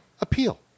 appeal